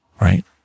right